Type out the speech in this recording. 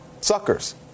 suckers